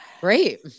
Great